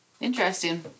Interesting